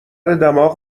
دماغ